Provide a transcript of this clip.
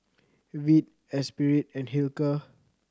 Veet Espirit and Hilker